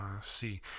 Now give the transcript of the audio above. see